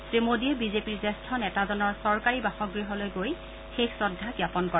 শ্ৰীমোদীয়ে বিজেপিৰ জ্যেষ্ঠ নেতাজনৰ চৰকাৰী বাসগৃহলৈ গৈ শেষ শ্ৰদ্ধা জ্ঞাপন কৰে